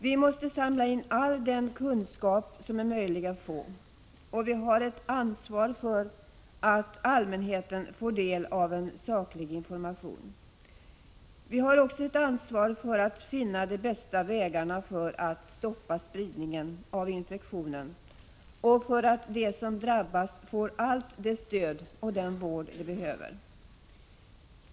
Vi måste samla in all den kunskap som är möjlig att få, och vi har ett ansvar för att allmänheten får del av en saklig information. Vi har också ett ansvar för att finna de bästa vägarna för att stoppa spridningen av infektionen och för att de som drabbas får allt det stöd och den vård de behöver.